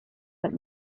that